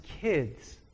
kids